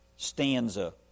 stanza